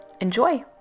Enjoy